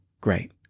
Great